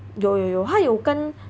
有有有他有跟